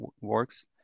works